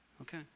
Okay